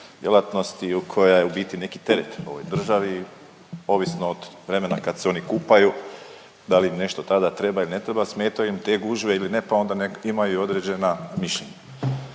koja je u biti neki teret ovoj državi ovisno od vremena kad se oni kupaju, da li im nešto tada treba ili ne treba, smetaju im te gužve ili ne, pa onda nek imaju određena mišljenja.